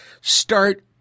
start